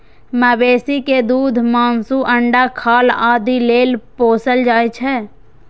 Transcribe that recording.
मवेशी कें दूध, मासु, अंडा, खाल आदि लेल पोसल जाइ छै